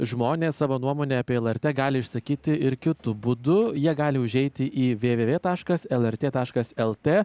žmonės savo nuomonę apie lrt gali išsakyti ir kitu būdu jie gali užeiti į vvv taškas lrt taškas lt